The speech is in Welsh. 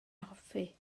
hoffi